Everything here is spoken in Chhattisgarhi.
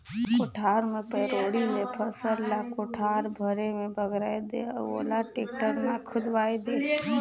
कोठार मे पैरोठी ले फसल ल कोठार भरे मे बगराय दे अउ ओला टेक्टर मे खुंदवाये दे